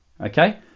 Okay